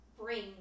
bring